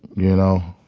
you know.